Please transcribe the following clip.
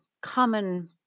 common